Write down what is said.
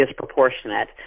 disproportionate